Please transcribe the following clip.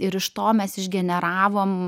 ir iš to mes išgeneravom